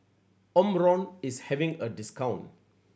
Omron is having a discount